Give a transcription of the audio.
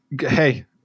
hey